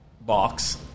box